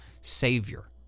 savior